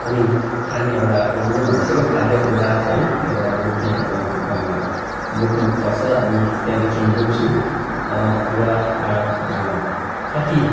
अनि खाने एउटा अघि नै भनि सकेँ खाद्य पदार्थ है एउटा बोक्ने बोक्नुपर्छ अनि त्यहाँदेखि बोक्छु वा कति